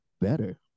better